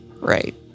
Right